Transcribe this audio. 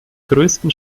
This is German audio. größten